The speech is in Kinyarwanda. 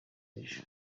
w’ejo